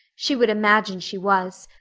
she would imagine she was.